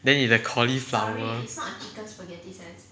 then 你的 cauliflower